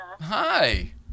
Hi